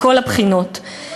מכל הבחינות.